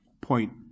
point